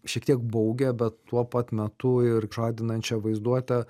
šiek tiek baugią bet tuo pat metu ir žadinančią vaizduotę